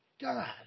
God